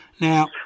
Now